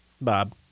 Bob